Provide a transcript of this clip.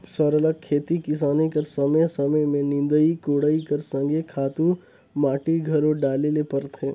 सरलग खेती किसानी कर समे समे में निंदई कोड़ई कर संघे खातू माटी घलो डाले ले परथे